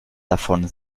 davon